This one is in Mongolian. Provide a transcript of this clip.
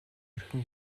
хэрхэн